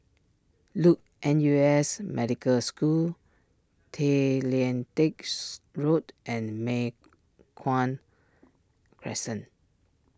Luke N U S Medical School Tay Lian Teck Road and Mei Hwan Crescent